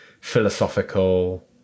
philosophical